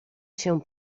się